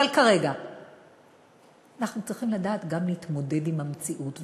אבל כרגע אנחנו צריכים לדעת גם להתמודד עם המציאות.